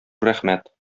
рәхмәт